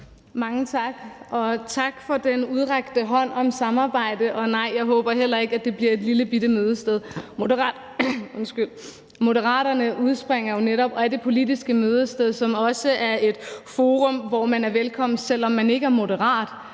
Mange tak, og tak for den udstrakte hånd til samarbejde. Og nej, jeg håber heller ikke, at det bliver et lillebitte mødested. Moderaterne udspringer jo netop af det politiske mødested, som også er et forum, hvor man er velkommen, selv om man ikke er moderat.